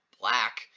black